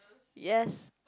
yes